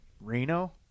Reno